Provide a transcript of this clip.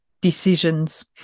decisions